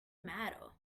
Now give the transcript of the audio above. matter